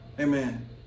Amen